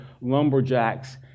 lumberjacks